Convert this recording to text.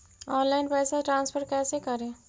Online पैसा transfer कैसे करे?